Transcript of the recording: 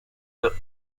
the